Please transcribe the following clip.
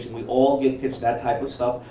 we all get pitched that type of so